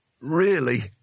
Really